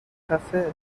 خفه